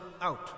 out